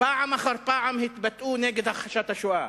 פעם אחר פעם, התבטאו נגד הכחשת השואה